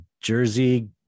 Jersey